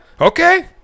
Okay